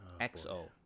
XO